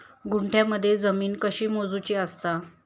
गुंठयामध्ये जमीन कशी मोजूची असता?